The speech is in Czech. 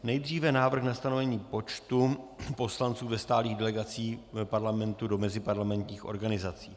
Nejdříve návrh na stanovení počtu poslanců ve stálých delegacích Parlamentu do meziparlamentních organizací.